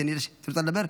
כי אני יודע שאת רוצה לדבר.